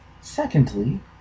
secondly